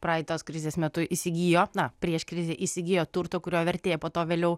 praeitos krizės metu įsigijo na prieš krizę įsigijo turto kurio vertė po to vėliau